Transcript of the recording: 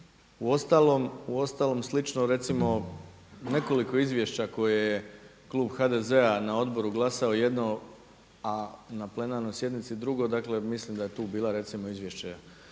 Uostalom slično recimo nekoliko izvješća koje je Klub HDZ-a na odboru glasao jedno, a na plenarnoj sjednici drugo dakle mislim da je tu bilo recimo Izvješće